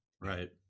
Right